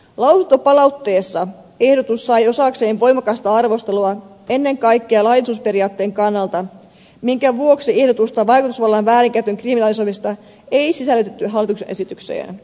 lausuntopalautteessa ehdotus sai osakseen voimakasta arvostelua ennen kaikkea laillisuusperiaatteen kannalta minkä vuoksi ehdotusta vaikutusvallan väärinkäytön kriminalisoimisesta ei sisällytetty hallituksen esitykseen